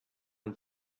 not